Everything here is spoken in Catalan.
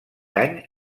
any